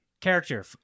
Character